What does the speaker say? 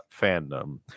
fandom